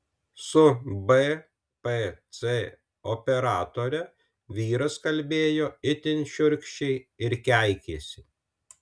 su bpc operatore vyras kalbėjo itin šiurkščiai ir keikėsi